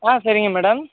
சரிங்க மேடம்